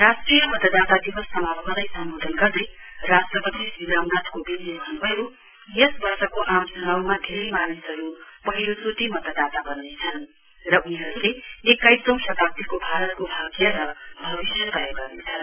राष्ट्रिय मतदाता दिवस समारोहलाई सम्वोधन गर्दै राष्ट्रपति श्री रामनाथ कोविन्दले भन्नुभयो यस वर्षको आम चुनाउमा धेरै मानिसहरु पहिलो चोटि मतदाता वन्नेछन् र उनीहरुले एक्काइसौं शताब्दीको भारतको भाग्य र भविष्य तय गर्नेछन्